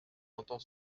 entend